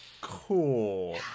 Cool